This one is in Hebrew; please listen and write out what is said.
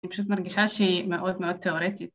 ‫אני פשוט מרגישה ‫שהיא מאוד מאוד תיאורטית.